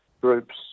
groups